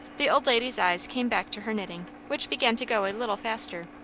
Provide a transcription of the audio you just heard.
the old lady's eyes came back to her knitting, which began to go a little faster.